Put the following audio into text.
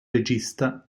regista